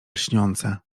lśniące